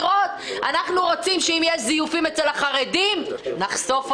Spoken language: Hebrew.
אם יש זיופים אצל החרדים, אנחנו רוצים לחשוף אותם.